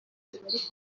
iki